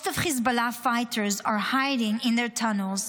Most of Hezbollah fighters are hiding in their tunnels.